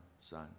son